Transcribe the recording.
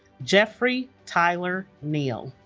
jeffrey tyler neal